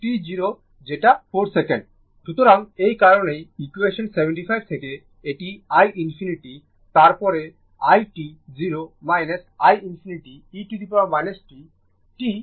সুতরাং এই কারণেই ইকুয়েশন 75 থেকে এটি i ∞ তারপরে i t 0 i ∞ e t t t 0